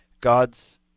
God's